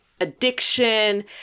addiction